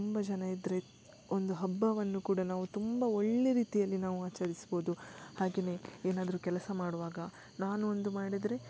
ತುಂಬ ಜನ ಇದ್ದರೆ ಒಂದು ಹಬ್ಬವನ್ನು ಕೂಡ ನಾವು ತುಂಬ ಒಳ್ಳೆ ರೀತಿಯಲ್ಲಿ ನಾವು ಆಚರಿಸ್ಬೋದು ಹಾಗೇ ಏನಾದರು ಕೆಲಸ ಮಾಡುವಾಗ ನಾನು ಒಂದು ಮಾಡಿದರೆ